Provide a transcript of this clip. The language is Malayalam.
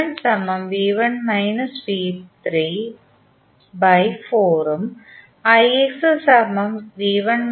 ഉം ഉം